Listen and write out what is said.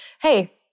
hey